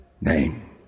name